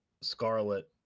Scarlet